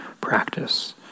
practice